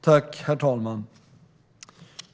Herr talman!